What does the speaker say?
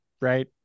right